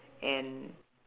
and